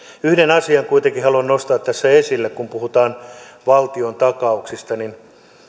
yhden asian kuitenkin haluan nostaa tässä esille kun puhutaan valtiontakauksista niin